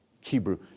Hebrew